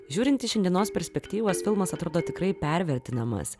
žiūrint iš šiandienos perspektyvos filmas atrodo tikrai pervertinamas